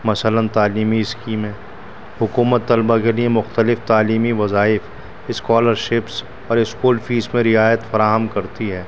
مثلاً تعلیمی اسکیمیں حکومت طلباء کے لیے مختلف تعلیمی وظائف اسکالرشپس اور اسکول فیس میں رعایت فراہم کرتی ہے